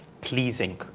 pleasing